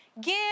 Give